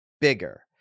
bigger